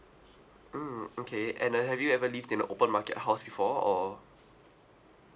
mm okay and then have you ever lived in an open market house before or